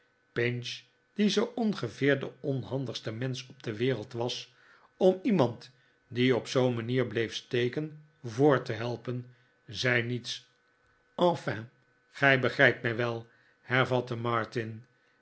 pinch die zoo ongeveer de onhandigste mensch op de wereld was om iemand die op zoo'n manier bleef steken voort te helpen zei niets enfin gij begrijpt mij wel hervatte martin